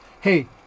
Hey